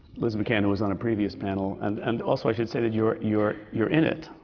liz mccann, who was on a previous panel. and and also, i should say that you're you're you're in it.